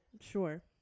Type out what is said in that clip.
Sure